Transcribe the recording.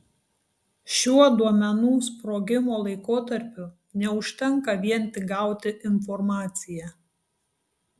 šiuo duomenų sprogimo laikotarpiu neužtenka vien tik gauti informaciją